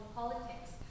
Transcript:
politics